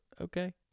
Okay